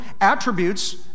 attributes